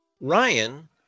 Ryan